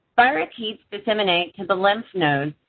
spirochetes disseminate to the lymph node,